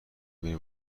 ببینی